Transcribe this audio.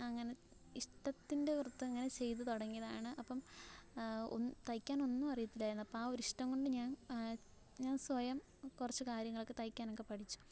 അങ്ങനെ ഇഷ്ടത്തിൻ്റെ പുറത്ത് അങ്ങനെ ചെയ്തു തുടങ്ങിയതാണ് അപ്പം തയ്ക്കാനൊന്നും അറിയത്തില്ലായിരുന്നു അപ്പോൾ ആ ഒരിഷ്ടം കൊണ്ട് ഞാൻ സ്വയം കുറച്ച് കാര്യങ്ങളൊക്കെ തയ്ക്കാനൊക്കെ പഠിച്ചു